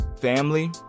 family